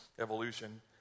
evolution